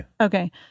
Okay